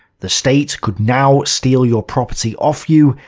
the state could now steal your property off you,